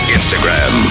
Instagram